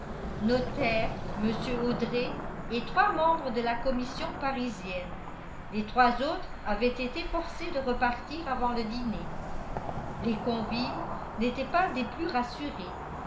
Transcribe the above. notaire mr audret et trois membres de la commission parisienne les trois autres avaient été forcés de repartir avant le dîner les convives n'étaient pas des plus rassurés